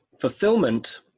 fulfillment